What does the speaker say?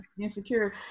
Insecure